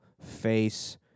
face